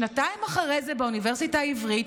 שנתיים אחרי זה באוניברסיטה העברית,